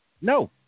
No